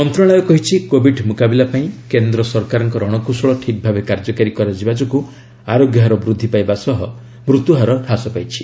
ମନ୍ତ୍ରଣାଳୟ କହିଛି କୋଭିଡର ମୁକାବିଲା ପାଇଁ କେନ୍ଦ୍ର ସରକାରଙ୍କ ରଶକୌଶଳ ଠିକ୍ଭାବେ କାର୍ଯ୍ୟକାରୀ କରାଯିବା ଯୋଗୁଁ ଆରୋଗ୍ୟହାର ବୃଦ୍ଧି ପାଇବା ସହ ମୃତ୍ୟୁହାର ହ୍ରାସ ପାଇଛି